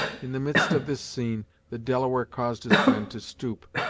in the midst of this scene, the delaware caused his friend to stoop,